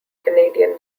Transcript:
canadian